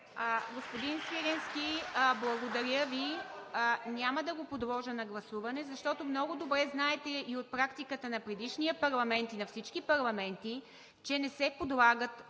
Господин Свиленски, благодаря Ви. (Реплики.) Няма да го подложа на гласуване, защото много добре знаете и от практиката на предишния парламент, и на всички парламенти, че се подлагат